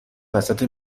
وسط